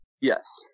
Yes